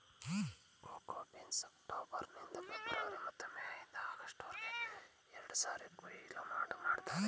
cocoa ಬೀನ್ಸ್ನ October ನಿಂದ February ಮತ್ತು ಮೇ ಇಂದ ಆಗಸ್ಟ್ ವರ್ಗೆ ಎರಡ್ಸಾರಿ ಕೊಯ್ಲು ಮಾಡ್ತರೆ